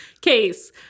case